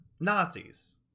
nazis